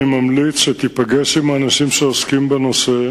אני ממליץ שתיפגש עם האנשים שעוסקים בנושא